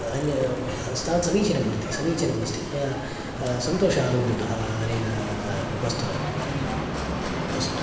अन्य तावत् समीचीनमस्ति समीचीनमस्ति मया सन्तोष अनुभूतः अनेन वस्तुना अस्तु